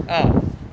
orh